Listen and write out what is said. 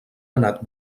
anat